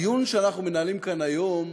הדיון שאנחנו מנהלים כאן היום